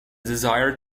desire